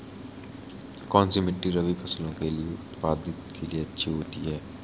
कौनसी मिट्टी रबी फसलों के उत्पादन के लिए अच्छी होती है?